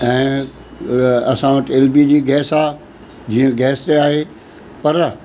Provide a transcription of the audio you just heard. ऐं असां वटि एल पी जी गैस आहे जीअं गैस ते आहे पर